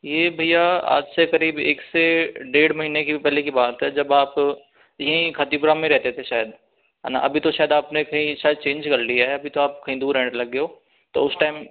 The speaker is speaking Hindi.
यह भैया आज से करीब एक से डेढ़ महीने पहले की बात है जब आप यहीं खातीपुरा में रहते थे शायद है ना अभी तो शायद अपने कहीं शायद चेंज कर लिया हैअभी तो आप कहीं दूर रहने लग गए हो तो उस टाइम